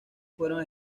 fueron